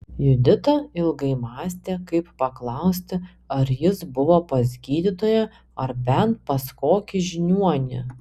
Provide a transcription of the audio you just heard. judita ilgai mąstė kaip paklausti ar jis buvo pas gydytoją ar bent pas kokį žiniuonį